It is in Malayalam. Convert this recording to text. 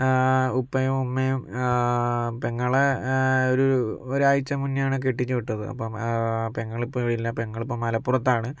ഉപ്പയും ഉമ്മയും പെങ്ങളെ ഒരു ഒരാഴ്ച മുന്നെയാണ് കെട്ടിച്ചു വിട്ടത് അപ്പോൾ പെങ്ങൾ ഇപ്പോൾ ഇല്ല പെങ്ങള് ഇപ്പോൾ മലപ്പുറത്താണ്